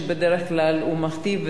שבדרך כלל הוא מכתיב,